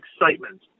excitement